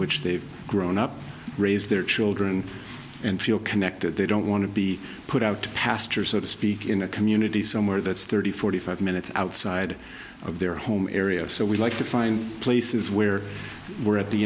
which they've grown up raise their children and feel connected they don't want to be put out to pasture so to speak in a community somewhere that's thirty forty five minutes outside of their home area so we like to find places where we're at the